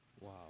Wow